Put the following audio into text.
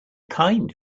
kind